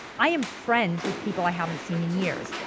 i am friends with people i haven't seen in years.